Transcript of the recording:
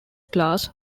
class